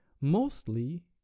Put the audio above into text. Mostly